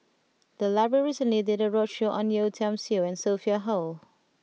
the library recently did a roadshow on Yeo Tiam Siew and Sophia Hull